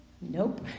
Nope